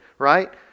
right